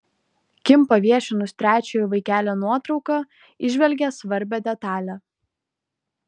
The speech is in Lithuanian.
kim paviešinus trečiojo vaikelio nuotrauką įžvelgė svarbią detalę